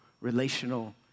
relational